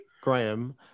Graham